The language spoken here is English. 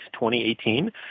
2018